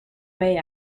way